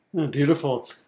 Beautiful